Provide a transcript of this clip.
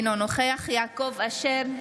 אינו נוכח יעקב אשר,